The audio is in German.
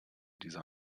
dieser